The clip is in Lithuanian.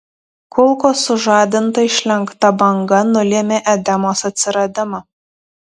kulkos sužadinta išlenkta banga nulėmė edemos atsiradimą